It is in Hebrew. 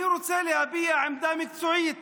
אני רוצה להביע עמדה מקצועית